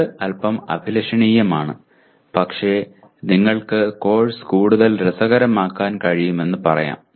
ഇത് അൽപ്പം അഭിലഷണീയമാണ് പക്ഷേ നിങ്ങൾക്ക് കോഴ്സ് കൂടുതൽ രസകരമാക്കാൻ കഴിയുമെന്ന് പറയാം